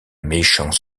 méchant